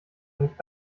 nicht